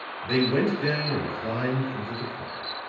they went down and climbed into the car,